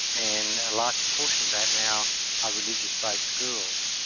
and a large proportion of that now are religious-based schools.